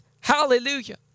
Hallelujah